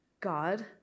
God